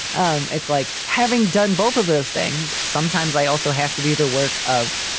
um it's like having done both of those things. sometimes i also have to do the work of,